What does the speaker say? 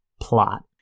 plot